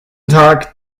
tag